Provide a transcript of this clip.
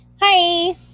Hi